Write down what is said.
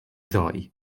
ddoe